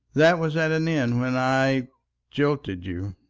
that was at an end when i jilted you.